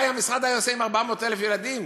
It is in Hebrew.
מה היה עושה המשרד עם 400,000 ילדים?